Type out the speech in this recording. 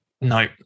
No